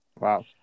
Wow